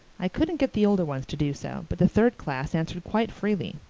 i couldn't get the older ones to do so, but the third class answered quite freely.